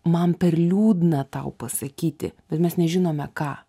man per liūdna tau pasakyti bet mes nežinome ką